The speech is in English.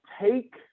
take